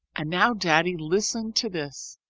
and now, daddy, listen to this.